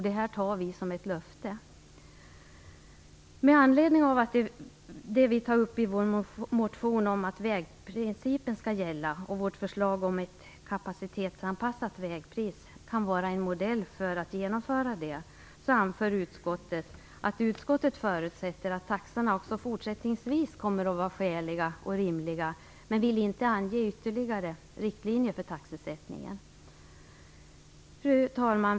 Detta tar vi som ett löfte. Med anledning av det vi tar upp i vår motion om att vägprincipen skall gälla och vårt förslag om att ett kapacitetsanpassat vägpris kan vara en modell för att genomföra detta, anför utskottet att utskottet förutsätter att taxorna också fortsättningsvis kommer att vara skäliga och rimliga men vill inte ange ytterligare riktlinjer för taxesättningen. Fru talman!